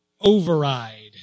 override